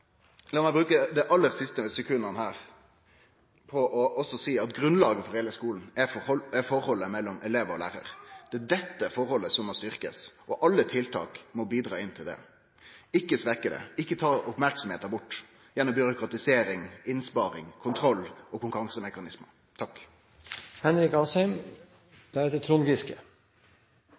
meg bruke dei aller siste sekunda på å seie at grunnlaget for heile skulen er forholdet mellom elev og lærar. Det er dette forholdet som må styrkjast, og alle tiltak må bidra inn mot det, ikkje svekkje det, ikkje ta merksemda bort gjennom byråkratisering, innsparing, kontroll og